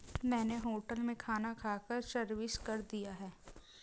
मैंने होटल में खाना खाकर सर्विस कर दिया है